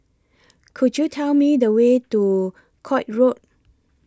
Could YOU Tell Me The Way to Koek Road